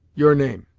your name,